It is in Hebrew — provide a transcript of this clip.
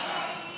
ראשית,